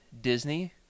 Disney